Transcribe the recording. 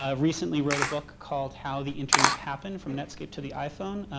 ah recently wrote a book called how the internet happened, from netscape to the iphone.